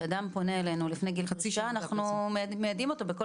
כשאדם פונה אלינו לפני חצי שנה אנחנו מיידעים אותו בכל